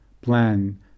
plan